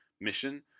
mission